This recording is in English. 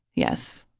yes.